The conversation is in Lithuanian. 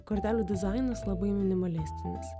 kortelių dizainas labai minimalistinis